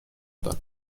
داد